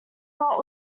not